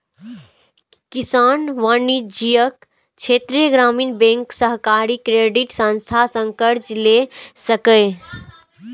किसान वाणिज्यिक, क्षेत्रीय ग्रामीण बैंक, सहकारी क्रेडिट संस्थान सं कर्ज लए सकैए